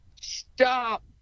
stop